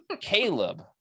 Caleb